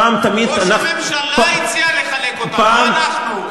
פעם, תמיד, ראש הממשלה הציע לחלק אותה, לא אנחנו.